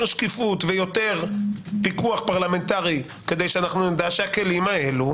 שקיפות ויותר פיקוח פרלמנטרי כדי שנדע שהכלים האלה